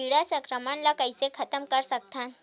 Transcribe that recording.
कीट संक्रमण ला कइसे खतम कर सकथन?